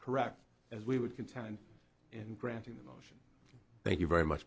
correct as we would contend in granting the motion thank you very much